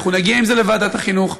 אנחנו נגיע עם זה לוועדת החינוך,